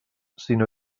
sinó